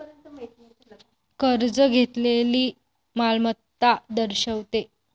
कर्ज घेतलेली मालमत्ता दर्शवते